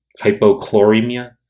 hypochloremia